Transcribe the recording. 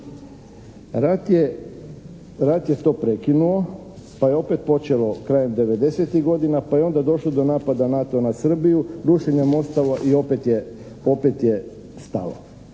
Rat je to prekinuo pa je opet počelo krajem devedesetih godina, pa je onda došlo do napada NATO-a na Srbiju, rušenja mostova i opet je stalo.